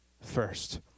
first